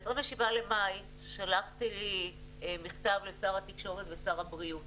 ב-27 למאי שלחתי מכתב לשר התקשורת ושר הבריאות